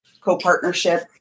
co-partnership